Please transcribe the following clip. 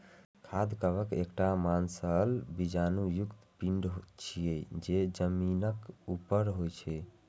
खाद्य कवक एकटा मांसल बीजाणु युक्त पिंड छियै, जे जमीनक ऊपर होइ छै